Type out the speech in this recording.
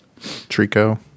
Trico